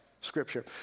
scripture